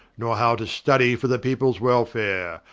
nor how to studie for the peoples welfare,